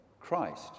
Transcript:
Christ